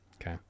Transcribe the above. Okay